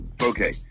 Okay